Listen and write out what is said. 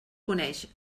coneix